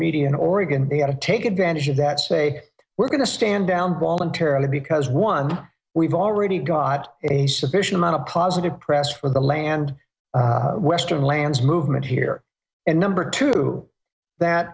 media in oregon to take advantage of that say we're going to stand down voluntarily because one we've already got a sufficient amount of positive press for the land western lands movement here and number two that